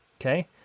Okay